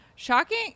Shocking